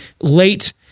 late